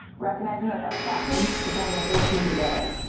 recognizing that best practice is having the whole team together.